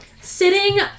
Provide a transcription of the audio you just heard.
Sitting